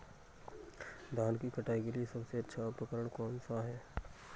धान की कटाई के लिए सबसे अच्छा उपकरण कौन सा है?